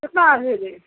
कितना अभी लेब